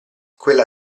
quella